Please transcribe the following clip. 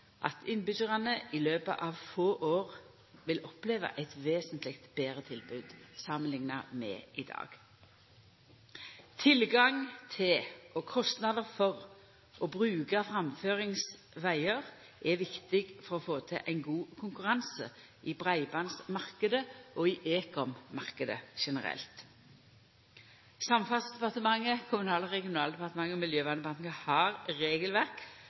at innbyggjarane i løpet av få år vil oppleva eit vesentleg betre tilbod samanlikna med i dag. Tilgang til og kostnader for å bruka framføringsvegar er viktig for å få til ein god konkurranse i breibandsmarknaden og i ekommarknaden generelt. Samferdselsdepartementet, Kommunal- og regionaldepartementet og Miljøverndepartementet har regelverk